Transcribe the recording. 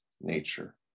nature